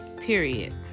Period